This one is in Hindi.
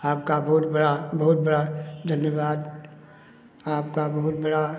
आपका बहुत बड़ा बहुत बड़ा धन्यवाद आपका बहुत बड़ा